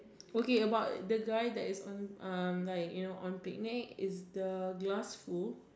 okay about the guy that is on uh like you know on picnic is the glass full